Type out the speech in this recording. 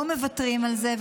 לא מוותרים על זה,